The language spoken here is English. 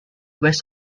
west